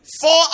four